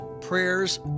prayers